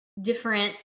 different